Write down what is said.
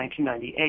1998